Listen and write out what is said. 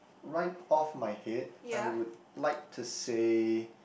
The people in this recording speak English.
right off my head I would like to say